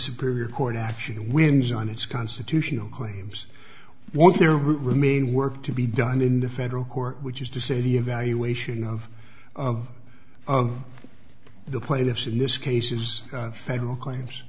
superior court action winds on its constitutional claims while there remain work to be done in the federal court which is to say the evaluation of of of the plaintiffs in this case is federal claims